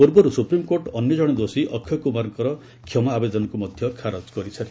ପୂର୍ବରୁ ସୁପ୍ରିମକୋର୍ଟ ଅନ୍ୟଜଣେ ଦୋଷୀ ଅକ୍ଷୟ କୁମାରର କ୍ଷମା ଆବେଦନକୁ ମଧ୍ୟ ଖାରଜ କରିସାରିଛନ୍ତି